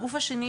הגוף השני,